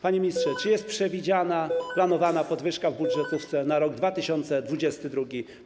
Panie ministrze, czy jest przewidziana, planowana podwyżka w budżetówce na rok 2022?